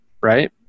right